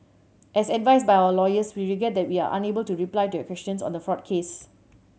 as advised by our lawyers we regret that we are unable to reply to your questions on the fraud case